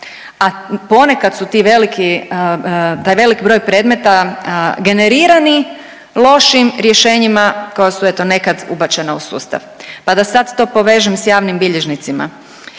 ti veliki, taj velik broj predmeta generirani lošim rješenjima koja su eto nekad ubačena u sustav. Pa da sad to povežem sa javnim bilježnicima.